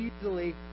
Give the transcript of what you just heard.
easily